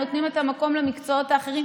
נותנים את המקום למקצועות האחרים,